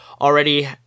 already